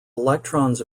electrons